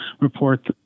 report